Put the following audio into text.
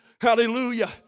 Hallelujah